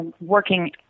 working